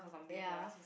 ya